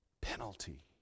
penalty